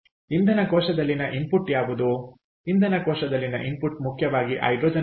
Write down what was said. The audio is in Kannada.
ಆದ್ದರಿಂದ ಇಂಧನ ಕೋಶದಲ್ಲಿನ ಇನ್ಪುಟ್ ಯಾವುದು ಇಂಧನ ಕೋಶದಲ್ಲಿನ ಇನ್ಪುಟ್ ಮುಖ್ಯವಾಗಿ ಹೈಡ್ರೋಜನ್ ಆಗಿದೆ